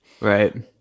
Right